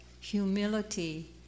humility